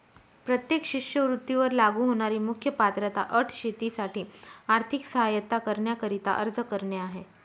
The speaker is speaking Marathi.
प्रत्येक शिष्यवृत्ती वर लागू होणारी मुख्य पात्रता अट शेतीसाठी आर्थिक सहाय्यता करण्याकरिता अर्ज करणे आहे